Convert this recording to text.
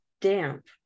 damp